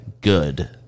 good